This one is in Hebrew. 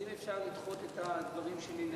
אז אם אפשר לדחות את הדברים שלי.